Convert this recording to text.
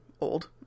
old